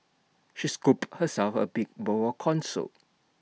she scooped herself A big bowl of Corn Soup